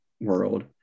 world